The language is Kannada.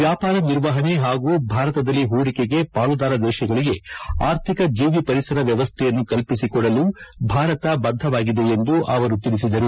ವ್ಯಾಪಾರ ನಿರ್ವಹಣೆ ಹಾಗೂ ಭಾರತದಲ್ಲಿ ಹೂಡಿಕೆಗೆ ಪಾಲುದಾರ ದೇಶಗಳಿಗೆ ಆರ್ಥಿಕ ಜೀವಿ ಪರಿಸರ ವ್ಚವಸ್ಥೆಯನ್ನು ಕಲ್ಪಿಸಿಕೊಡಲು ಭಾರತ ಬದ್ದವಾಗಿವೆ ಎಂದು ಅವರು ತಿಳಿಸಿದರು